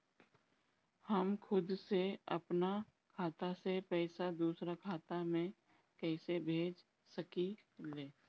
हम खुद से अपना खाता से पइसा दूसरा खाता में कइसे भेज सकी ले?